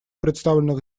представленных